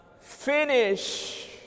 Finish